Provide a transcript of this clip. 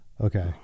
okay